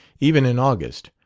even in august.